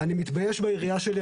אני מתבייש בעירייה שלי,